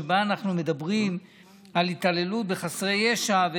שבה אנחנו מדברים על התעללות בחסרי ישע.